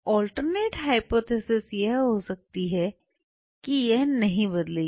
alternate hypothesis यह हो सकती है कि यह नहीं बदलेगी